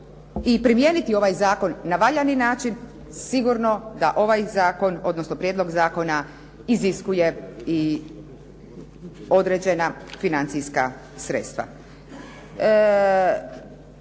i primijeniti ovaj zakon na valjani način, sigurno da ovaj zakon, odnosno prijedlog zakona iziskuje određena financijska sredstva.